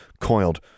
coiled